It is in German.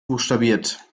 buchstabiert